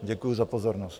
Děkuji za pozornost.